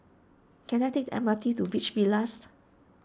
can I take the M R T to Beach Villas